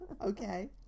Okay